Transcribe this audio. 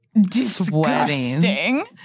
disgusting